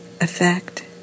effect